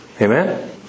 Amen